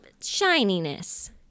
shininess